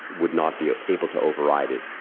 would not be able to override it.